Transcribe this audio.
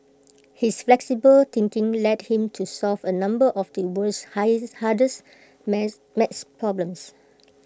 his flexible thinking led him to solve A number of the world's hardest maths maths problems